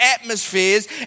atmospheres